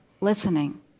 listening